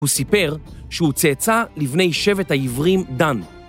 הוא סיפר שהוא צאצא לבני שבט העברים דן.